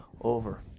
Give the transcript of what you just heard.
over